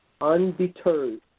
undeterred